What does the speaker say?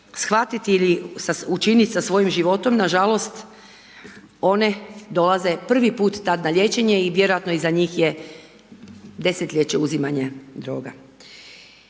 shvatiti ili učiniti sa svojim životom, nažalost one dolaze prvi put tad na liječenje i vjerojatno iza njih je desetljeće uzimanja droga.